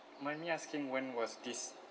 mind me asking when was this